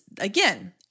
again